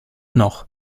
noch